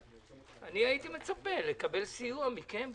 הייתי מצפה לקבל סיוע מכם בעניין.